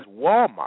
Walmart